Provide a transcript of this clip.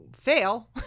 Fail